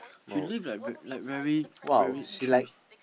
she live like very like very very